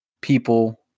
people